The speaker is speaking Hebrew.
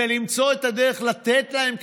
למצוא את הדרך לתת להם,